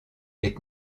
est